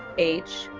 h.